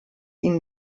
ihn